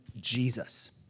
Jesus